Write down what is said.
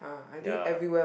ya